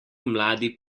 mladi